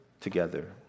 together